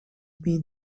been